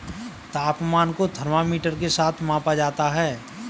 तापमान को थर्मामीटर के साथ मापा जाता है